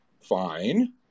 fine